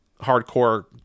hardcore